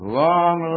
long